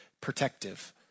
protective